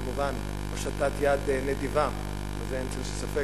וכמובן הושטת יד נדיבה, בזה אין צל של ספק.